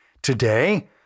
Today